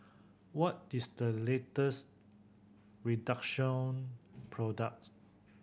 what is the latest Redoxon product